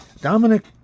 Dominic